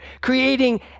creating